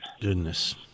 Goodness